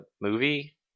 movie